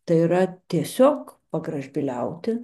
tai yra tiesiog pagražbyliauti